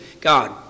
God